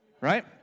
right